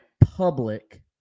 public